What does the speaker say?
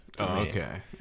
Okay